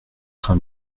train